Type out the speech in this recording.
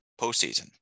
postseason